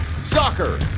Soccer